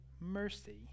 mercy